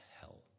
hell